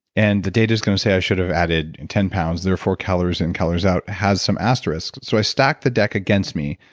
and the data is going to say i should have added ten pounds, therefore calories in, calories out has some asterisks. so i stacked the deck against me,